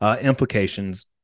implications